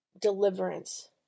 deliverance